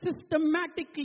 Systematically